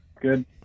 good